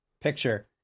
picture